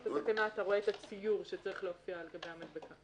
אתה רואה את הציור שצריך להופיע על גבי המדבקה.